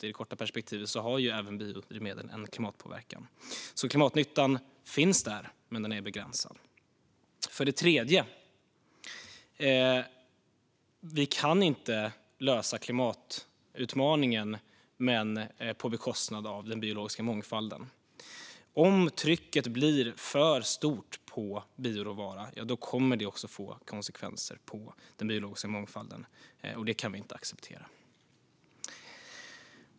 I det korta perspektivet har även biodrivmedel en klimatpåverkan. Klimatnyttan finns alltså där, men den är begränsad. För det tredje kan vi inte lösa klimatutmaningen på bekostnad av den biologiska mångfalden. Om trycket blir för stort på bioråvara kommer det att få konsekvenser på den biologiska mångfalden. Det kan vi inte acceptera.